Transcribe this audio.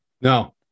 No